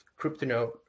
Cryptonote